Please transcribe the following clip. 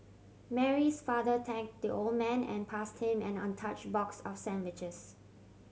Mary's father thank the old man and passed him an untouch box of sandwiches